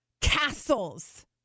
castles